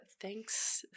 thanks